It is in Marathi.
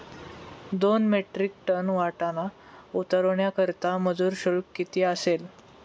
दोन मेट्रिक टन वाटाणा उतरवण्याकरता मजूर शुल्क किती असेल?